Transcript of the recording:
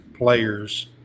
players